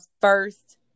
first